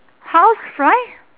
housefly